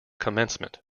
commencement